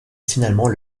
finalement